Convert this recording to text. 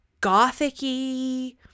gothic-y